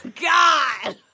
God